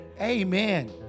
Amen